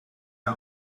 out